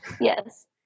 Yes